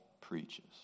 preaches